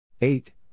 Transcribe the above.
eight